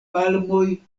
palmoj